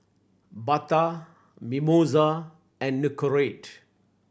Bata Mimosa and Nicorette